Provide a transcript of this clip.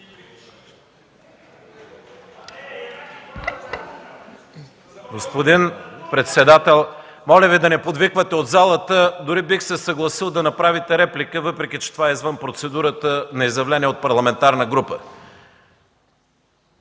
СТОИЛОВ (КБ): Моля Ви да не подвиквате от залата! Дори бих се съгласил да направите реплика, въпреки че това е извън процедурата на изявление от парламентарна група.